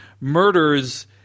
murders